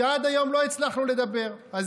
שעד היום לא הצלחנו לדבר עליו.